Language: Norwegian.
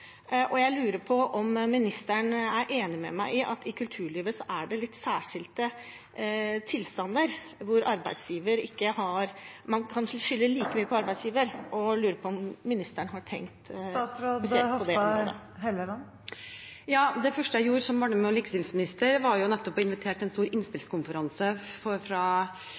Jeg lurer på om ministeren er enig med meg i at i kulturlivet er det litt særskilte tilstander, hvor man kan skylde mye på arbeidsgiver, og jeg lurer på om ministeren har tenkt å se på det. Ja, det første jeg gjorde som barne- og likestillingsminister var jo nettopp å invitere til en stor innspillskonferanse for